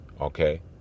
Okay